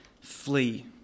flee